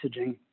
messaging